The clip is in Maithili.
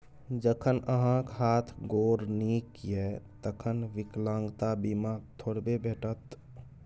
जखन अहाँक हाथ गोर नीक यै तखन विकलांगता बीमा थोड़बे भेटत?